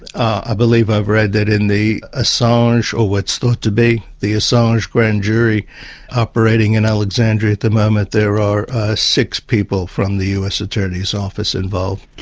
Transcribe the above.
ah believe i've read that in the assange, or what's thought to be the assange grand jury operating in alexandria at the moment there are six people from the us attorney's office involved.